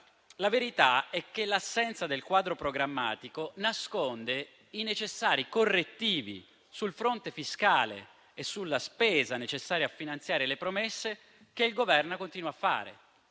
allora, è che l'assenza del quadro programmatico nasconde i necessari correttivi sul fronte fiscale e sulla spesa necessaria a finanziarie le promesse che il Governo continua a fare.